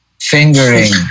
fingering